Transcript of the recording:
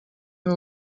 and